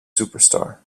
superstar